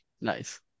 Nice